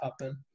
happen